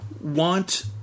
want